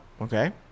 Okay